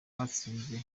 batsinze